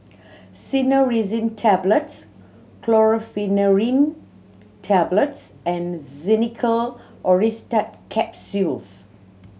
Cinnarizine Tablets Tablets and Xenical Orlistat Capsules